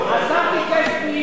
נתקבלה.